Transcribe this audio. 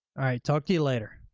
talk to you later.